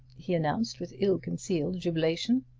he announced, with ill-concealed jubilation,